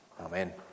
Amen